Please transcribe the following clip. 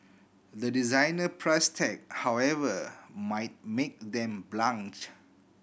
the designer price tag however might make them blanch